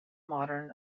modern